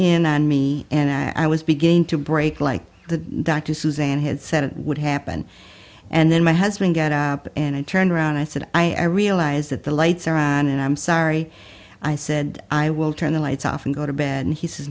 in me and i was beginning to break like the dr suzanne had said it would happen and then my husband got up and i turned around i said i realise that the lights are on and i'm sorry i said i will turn the lights off and go to bed and he says